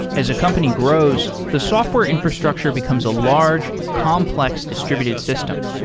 as a company grows, the software infrastructure becomes a large complex distributed system.